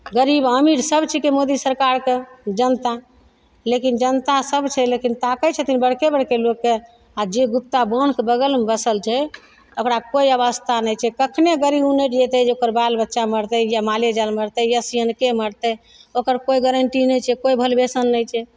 गरीब अमीर सब छिकै मोदी सरकारके जनता लेकिन जनता सब छै लेकिन ताकय छथिन बड़के बड़के लोकके आओर जे गुप्ता बान्हके बगलमे बसल छै ओकरा कोइ अवस्था नहि छै कखने गड़ी उनटि जेतय जे ओकर बाल बच्चा मरतै या माले जाल मरतै या सियनके मरतै ओकर कोइ गारंटी नहि छै कोइ नहि छै